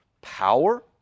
power